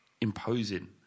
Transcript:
imposing